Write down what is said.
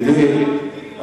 ידידי,